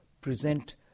present